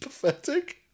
pathetic